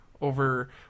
over